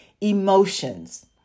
emotions